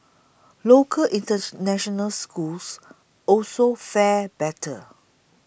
local in touch national schools also fared better